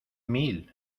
mil